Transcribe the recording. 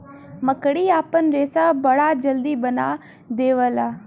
मकड़ी आपन रेशा बड़ा जल्दी बना देवला